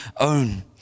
own